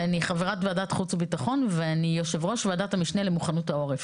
אני חברת ועדת חוץ וביטחון ואני יו"ר ועדת המשנה למוכנות העורף.